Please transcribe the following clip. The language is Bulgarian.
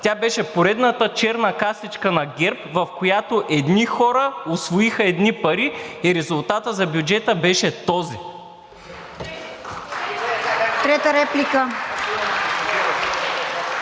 Тя беше поредна черна касичка на ГЕРБ, в която едни хора усвоиха едни пари, и резултатът за бюджета беше този. (Ръкопляскания